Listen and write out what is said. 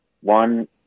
one